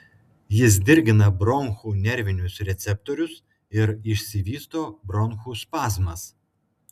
jis dirgina bronchų nervinius receptorius ir išsivysto bronchų spazmas